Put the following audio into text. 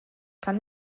kann